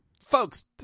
folks